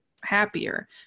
happier